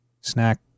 Snack